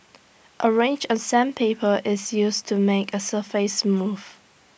A range of sandpaper is used to make A surface smooth